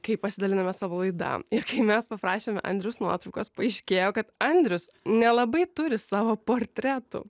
kai pasidaliname savo laida ir mes paprašėme andriaus nuotraukos paaiškėjo kad andrius nelabai turi savo portretų